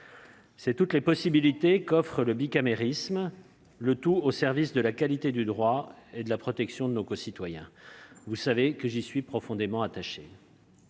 Ce sont toutes les possibilités qu'offre le bicamérisme, le tout au service de la qualité du droit et de la protection de nos concitoyens ; vous savez que j'y suis profondément attaché.